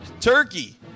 turkey